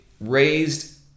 raised